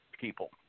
people